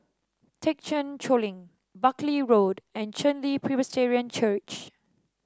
Thekchen Choling Buckley Road and Chen Li Presbyterian Church